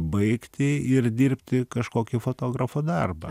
baigti ir dirbti kažkokį fotografo darbą